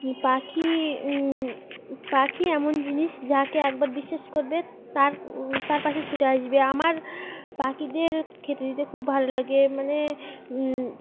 পাখি পাখি এমন জিনিস যাকে একবার বিশ্বাস করবে তার তার পাশে ছুটে আসবে আমার পাখিদের খেতে দিতে খুব ভালো লাগে মানে